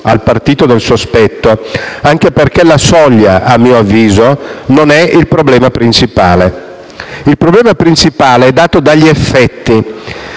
Il problema principale è dato dagli effetti